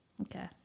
okay